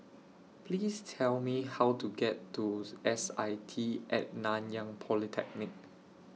Please Tell Me How to get to S I T At Nanyang Polytechnic